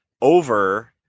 over